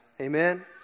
Amen